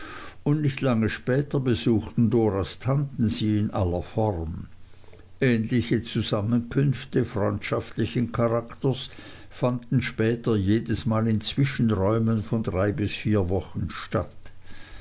und nicht lange später besuchten doras tanten sie in aller form ähnliche zusammenkünfte freundschaftlichen charakters fanden später jedesmal in zwischenräumen von drei bis vier wochen statt